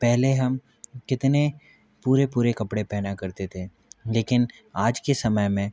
पहले हम कितने पूरे पूरे कपड़े पहना करते थे लेकिन आज के समय में